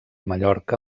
mallorca